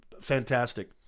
Fantastic